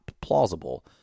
plausible